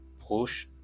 push